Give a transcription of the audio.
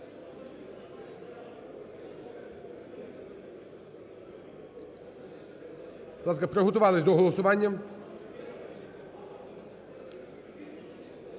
Дякую